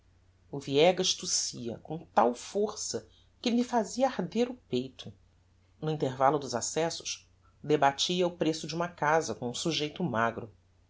o viegas tossia com tal força que me fazia arder o peito no intervallo dos accessos debatia o preço de uma casa com um sujeito magro